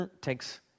takes